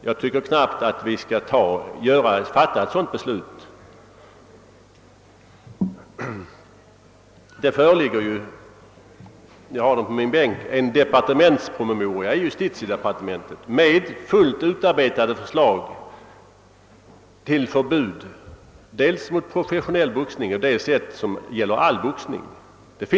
Jag tycker inte att vi skall fatta ett beslut med den konsekvensen. Det föreligger en departementspromemoria från justitiedepartementet — jag har den i min bänk — med fullt utarbetade förslag om förbud dels mot professionell boxning, dels mot all boxning.